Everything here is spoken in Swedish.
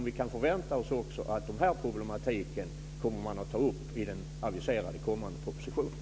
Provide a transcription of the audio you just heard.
Kan vi förvänta oss att dessa problem kommer att tas upp i den aviserade propositionen?